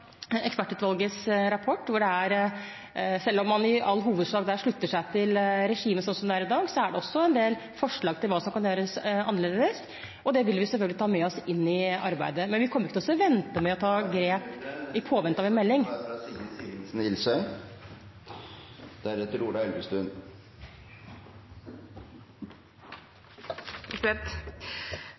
ekspertutvalgets rapport, og selv om man der i all hovedsak slutter seg til regimet slik det er i dag, er det også en del forslag til hva som kan gjøres annerledes, og det vil vi selvfølgelig ta med oss inn i arbeidet. Men vi kommer ikke til å vente med å gjøre det i påvente av en melding. Da er tiden ute. Sigrid Simensen Ilsøy